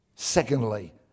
Secondly